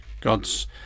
God's